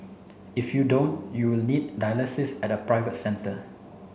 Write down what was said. if you don't you will need dialysis at a private centre